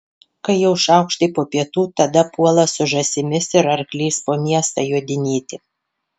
kai jau šaukštai po pietų tada puola su žąsimis ir arkliais po miestą jodinėti